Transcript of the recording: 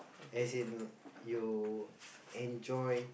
as in you enjoy